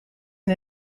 and